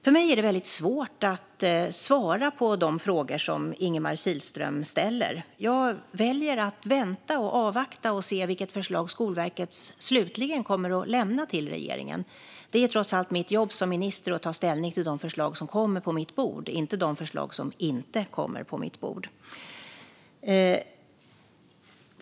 För mig är det väldigt svårt att svara på de frågor som Ingemar Kihlström ställer. Jag väljer att vänta, avvakta och se vilket förslag Skolverket slutligen kommer att lämna till regeringen. Det är trots allt mitt jobb som minister att ta ställning till de förslag som kommer på mitt bord och inte till de förslag som inte kommer på mitt bord.